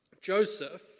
Joseph